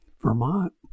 Vermont